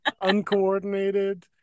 Uncoordinated